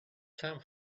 some